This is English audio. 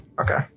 Okay